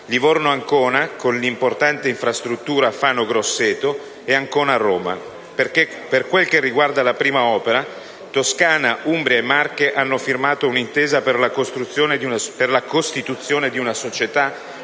Livorno-Ancona, con l'importante infrastruttura Fano-Grosseto, e Ancona-Roma. Per quel che riguarda la prima opera, Toscana, Umbria e Marche hanno firmato un'intesa per la costituzione di una società